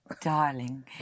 Darling